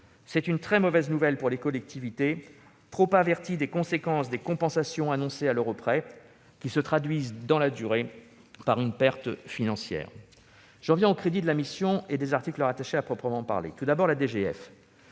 C'est une très mauvaise nouvelle pour les collectivités, trop averties des conséquences des compensations annoncées à l'euro près qui se traduisent dans la durée par une perte financière. J'en viens aux crédits de la mission et aux articles rattachés. Tout d'abord, si